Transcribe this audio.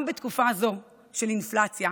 גם בתקופה הזו של אינפלציה,